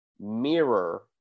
mirror